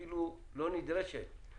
היא אפילו לא נדרשת לחוק.